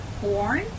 corn